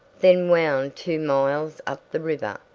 then wound two miles up the river,